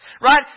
Right